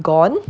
gone